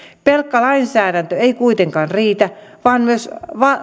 pelkkä lainsäädäntö ei kuitenkaan riitä vaan myös